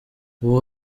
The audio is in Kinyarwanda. uwo